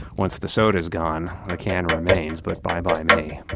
once the soda's gone, the can remains, but bye-bye me,